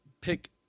pick